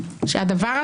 שום הסתה אישית.